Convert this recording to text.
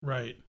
Right